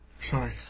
Sorry